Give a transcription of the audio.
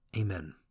Amen